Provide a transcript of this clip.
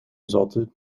resulted